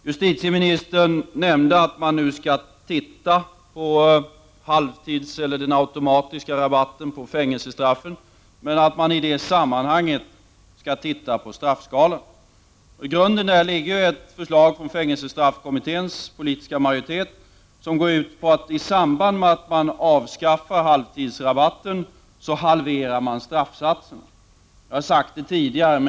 Justitieministern nämnde att man nu skall titta på den automatiska rabatten på fängelsestraffen, men att man i det sammanhanget skall se på straffskalan. I grunden ligger ju därvid ett förslag från fängelsestraffkommitténs politiska majoritet, som går ut på att man i samband med att halvtidsrabatten skall avskaffas halverar straffsatserna.